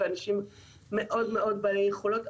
ואנשים בעלי יכולות,